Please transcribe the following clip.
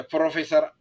Professor